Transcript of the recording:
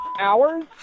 hours